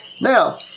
Now